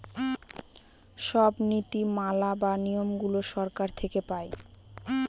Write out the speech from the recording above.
সব নীতি মালা বা নিয়মগুলো সরকার থেকে পায়